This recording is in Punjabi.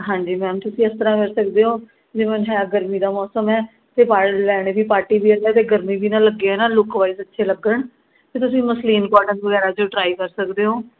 ਹਾਂਜੀ ਮੈਮ ਤੁਸੀਂ ਇਸ ਤਰ੍ਹਾਂ ਕਰ ਸਕਦੇ ਹੋ ਜਿਵੇਂ ਹੈ ਗਰਮੀ ਦਾ ਮੌਸਮ ਹੈ ਅਤੇ ਆਪਾਂ ਲੈਣੇ ਵੀ ਪਾਰਟੀਵੀਅਰ ਅਤੇ ਗਰਮੀ ਵੀ ਨਾ ਲੱਗੇ ਹਨਾ ਲੁੱਕ ਵਾਈਜ਼ ਅੱਛੇ ਲੱਗਣ 'ਤੇ ਤੁਸੀਂ ਮਸਲੀਨ ਕੋਟਨ ਵਗੈਰਾ 'ਚ ਟਰਾਈ ਕਰ ਸਕਦੇ ਹੋ